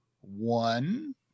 One